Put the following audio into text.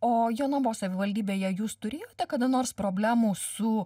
o jonavos savivaldybėje jūs turėjote kada nors problemų su